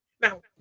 Now